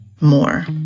more